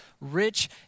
rich